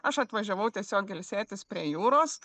aš atvažiavau tiesiog ilsėtis prie jūros